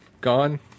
gone